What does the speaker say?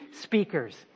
speakers